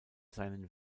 seinen